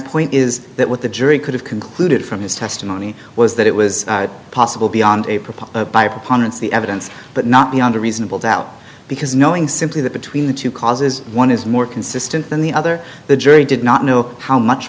point is that what the jury could have concluded from his testimony was that it was possible beyond a proposed by a preponderance the evidence but not beyond a reasonable doubt because knowing simply that between the two causes one is more consistent than the other the jury did not know how much